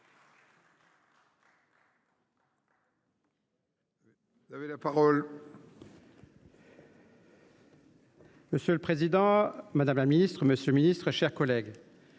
Monsieur le président, madame la ministre, monsieur le ministre, mes chers collègues,